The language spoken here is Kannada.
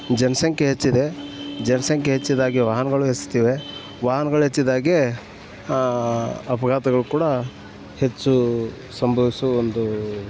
ಜನಸಂಖ್ಯೆ ಹೆಚ್ಚಿದೆ ಜನಸಂಖ್ಯೆ ಹೆಚ್ಚಿದಾಗೆ ವಾಹನಗಳು ಹೆಚ್ತಿವೆ ವಾಹನಗಳು ಹೆಚ್ಚಿದಾಗೇ ಅಪಘಾತಗಳು ಕೂಡ ಹೆಚ್ಚು ಸಂಭವಿಸುವ ಒಂದು